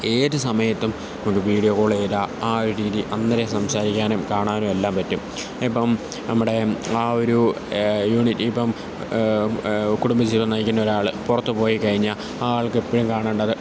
ഏതു സമയത്തും ഒന്ന് വീഡിയോ കോളെയ്താല് ആയിടിയിടി അന്നേരം സംസാരിക്കാനും കാണാനുമെല്ലാം പറ്റും ഇപ്പോള് നമ്മുടെ ആവൊരു യൂണിറ്റി ഇപ്പോള് കൂടുംബജീവിതം നയിക്കുന്നൊരാള് പുറത്തുപോയിക്കഴിഞ്ഞാല് ആ ആൾക്ക് എപ്പോഴും കാണണ്ടത്